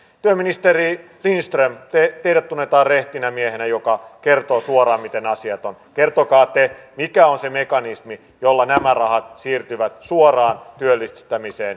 työministeri lindström teidät tunnetaan rehtinä miehenä joka kertoo suoraan miten asiat ovat kertokaa te mikä on se mekanismi jolla nämä rahat siirtyvät suoraan työllistämiseen